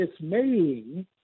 dismaying